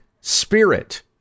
spirit